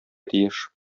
тиеш